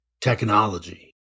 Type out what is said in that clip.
technology